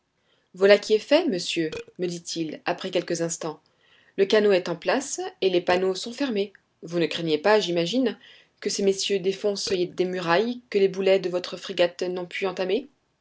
voilà qui est fait monsieur me dit-il après quelques instants le canot est en place et les panneaux sont fermés vous ne craignez pas j'imagine que ces messieurs défoncent des murailles que les boulets de votre frégate n'ont pu entamer